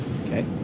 Okay